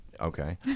okay